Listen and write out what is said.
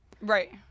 Right